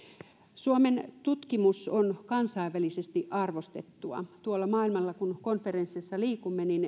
suomen tutkimus on kansainvälisesti arvostettua tuolla maailmalla kun konferensseissa liikumme